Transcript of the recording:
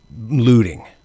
looting